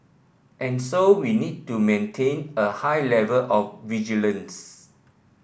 and so we need to maintain a high level of vigilance